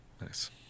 nice